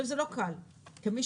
זה לא קל, כמי